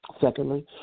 Secondly